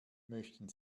möchten